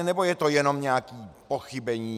Nebo je to jenom nějaké pochybení?